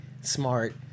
smart